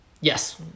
Yes